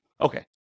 Okay